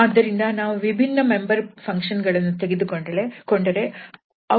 ಆದ್ದರಿಂದ ನಾವು ವಿಭಿನ್ನ ಮೆಂಬರ್ ಫಂಕ್ಷನ್ ಗಳನ್ನು ತೆಗೆದುಕೊಂಡರೆ ಅವುಗಳು ಪರಸ್ಪರ ಓರ್ಥೋಗೊನಲ್ ವಾಗಿವೆ